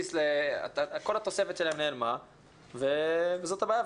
כל התוספת שלהם נעלמה וזאת הבעיה.